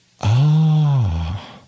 Ah